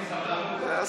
זה הסיפור,